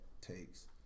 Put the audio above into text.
takes